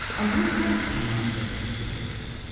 and what does come after the physics?